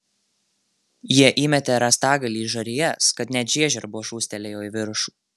jie įmetė rąstagalį į žarijas kad net žiežirbos šūstelėjo į viršų